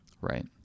right